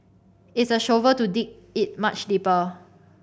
it's a shovel to dig it much deeper